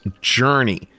Journey